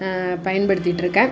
பயன்படுத்திட்டுருக்கேன்